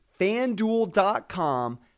FanDuel.com